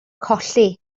colli